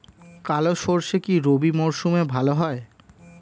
কালো সরষে কি রবি মরশুমে ভালো হয়?